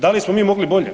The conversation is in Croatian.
Da li smo mi mogli bolje?